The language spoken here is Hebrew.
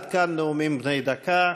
עד כאן נאומים בני דקה.